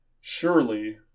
Surely